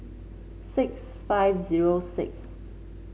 six five zero six